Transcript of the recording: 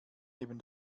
neben